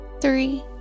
three